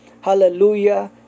hallelujah